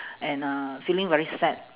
and uh feeling very sad